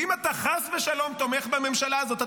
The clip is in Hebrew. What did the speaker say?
ואם אתה חס ושלום תומך בממשלה הזאת,